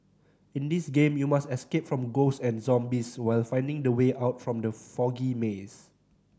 in this game you must escape from ghosts and zombies while finding the way out from the foggy maze